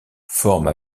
forme